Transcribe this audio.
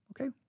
okay